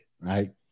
right